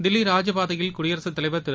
தில்லி ராஜபாதையில் குடியரசுத்தலைவர் திரு